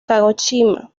kagoshima